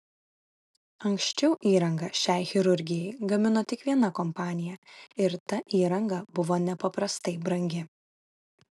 anksčiau įrangą šiai chirurgijai gamino tik viena kompanija ir ta įranga buvo nepaprastai brangi